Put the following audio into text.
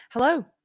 Hello